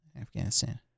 Afghanistan